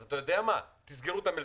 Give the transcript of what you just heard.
אז אתה יודע מה, תסגרו את המלתחות,